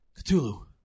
Cthulhu